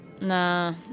Nah